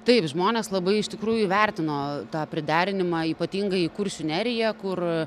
taip žmonės labai iš tikrųjų įvertino tą priderinimą ypatingai į kuršių neriją kur